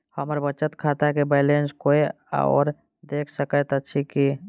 हम्मर बचत खाता केँ बैलेंस कोय आओर देख सकैत अछि की